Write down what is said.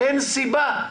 אין סיבה.